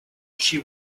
she